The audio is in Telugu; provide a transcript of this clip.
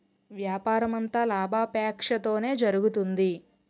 వ్యాపారమంతా లాభాపేక్షతోనే జరుగుతుంది